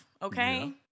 Okay